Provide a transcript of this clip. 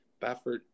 Baffert